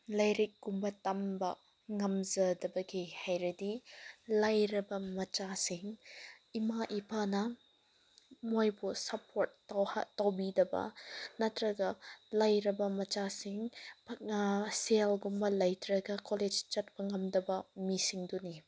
ꯂꯥꯏꯔꯤꯛꯀꯨꯝꯕ ꯇꯝꯕ ꯉꯝꯖꯗꯕꯒꯤ ꯍꯥꯏꯔꯗꯤ ꯂꯥꯏꯔꯕ ꯃꯆꯥꯁꯤꯡ ꯏꯃꯥ ꯏꯄꯥꯅ ꯃꯣꯏꯕꯨ ꯁꯞꯄꯣꯔꯠ ꯇꯧꯕꯤꯗꯕ ꯅꯠꯇ꯭ꯔꯒ ꯂꯥꯏꯔꯕ ꯃꯆꯥꯁꯤꯡ ꯁꯦꯜꯒꯨꯝꯕ ꯂꯩꯇ꯭ꯔꯒ ꯀꯣꯂꯦꯖ ꯆꯠꯄ ꯉꯝꯗꯕ ꯃꯤꯁꯤꯡꯗꯨꯅꯤ